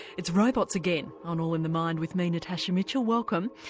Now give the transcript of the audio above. it's robots again on all in the mind with me natasha mitchell, welcome.